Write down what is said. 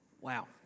Wow